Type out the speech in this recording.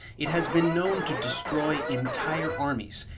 it has been known to destroy entire armies,